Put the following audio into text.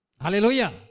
Hallelujah